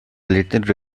related